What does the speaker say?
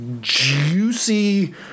juicy